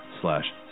slash